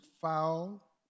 foul